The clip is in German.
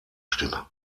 stimme